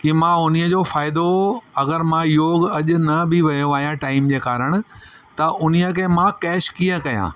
की मां उन्हीअ जो फ़ाइदो अगरि मां योग अॼु न बि वियो आहियां टाइम जे कारण त उन्हीअ खे मां केश कीअं कयां